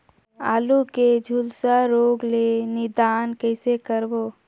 आलू के झुलसा रोग ले निदान कइसे करबो?